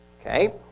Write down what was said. Okay